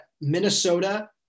Minnesota